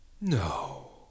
no